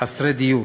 חסרי דיור.